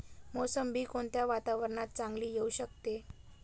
मोसंबी कोणत्या वातावरणात चांगली येऊ शकते?